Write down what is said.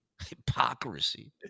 Hypocrisy